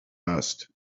asked